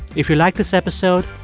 if you like this episode,